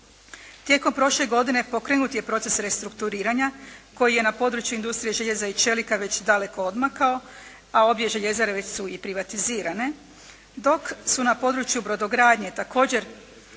Tijekom prošle godine pokrenut je proces restrukturiranja koji je na području industrije željeza i čelika već daleko odmakao a obje željezare već su i privatizirane, dok su na području brodogradnje također